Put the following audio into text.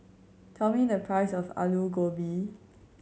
tell me the price of Aloo Gobi